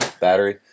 battery